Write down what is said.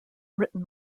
written